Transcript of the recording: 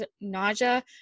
nausea